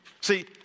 See